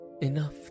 enough